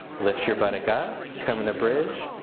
lift your buttock up come into bridge.